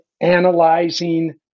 analyzing